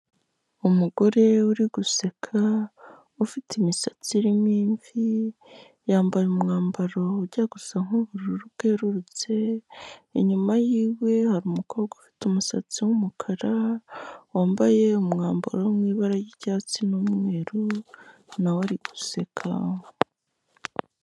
Umugore uri guseka, ufite imisatsi irimo imvi, yambaye umwambaro ujya gusa nk'ubururu bwerurutse, inyuma y'iwe hari umukobwa ufite umusatsi w'umukara, wambaye umwambaro wo mu ibara ry'icyatsi n'umweru na we ari guseka.